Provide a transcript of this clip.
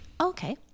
Okay